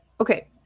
Okay